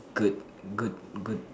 good good good